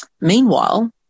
Meanwhile